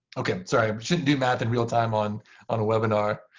ok. sorry. i shouldn't do math in real time on on a webinar.